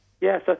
Yes